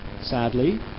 Sadly